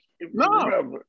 No